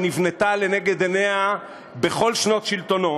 שנבנתה לנגד עיניה בכל שנות שלטונו,